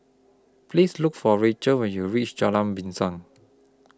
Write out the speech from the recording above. Please Look For Rachel when YOU REACH Jalan Pisang